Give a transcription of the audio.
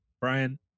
Brian